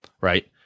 right